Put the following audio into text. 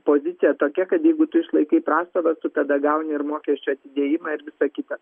pozicija tokia kad jeigu tu išlaikai prastovas tu tada gauni ir mokesčių atidėjimą ir visa kita